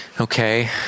Okay